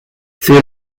ses